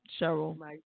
Cheryl